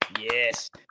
Yes